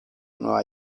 nueva